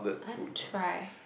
I want try